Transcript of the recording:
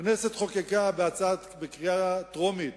הכנסת חוקקה בקריאה טרומית,